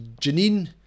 Janine